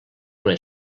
una